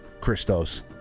christos